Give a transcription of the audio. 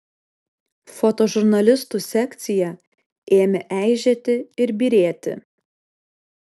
fotožurnalistų sekcija ėmė eižėti ir byrėti